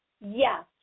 yes